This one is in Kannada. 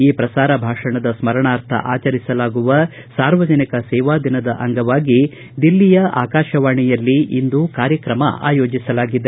ಈ ಪ್ರಸಾರ ಭಾಷಣದ ಸ್ತರಣಾರ್ಥ ಆಚರಿಸಲಾಗುವ ಸಾರ್ವಜನಿಕ ಸೇವಾ ದಿನದ ಅಂಗವಾಗಿ ದಿಲ್ಲಿಯ ಆಕಾಶವಾಣಿಯಲ್ಲಿಂದು ಕಾರ್ಯಕ್ರಮ ಆಯೋಜಿಸಲಾಗಿದೆ